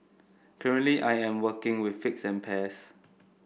currently I am working with figs and pears